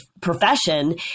profession